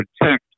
protect